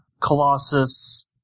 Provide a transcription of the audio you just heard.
Colossus